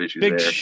big